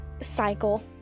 cycle